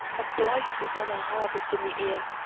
a blight is on our harvest in the ear,